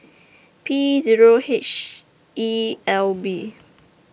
P Zero H E L B